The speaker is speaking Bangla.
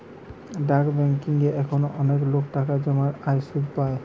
ডাক বেংকিং এ এখনো অনেক লোক টাকা জমায় আর সুধ পায়